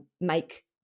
make